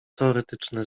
teoretyczne